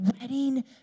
wedding